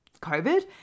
COVID